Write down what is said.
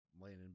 laying